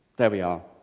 there we are.